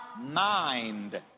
mind